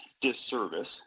disservice